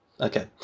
Okay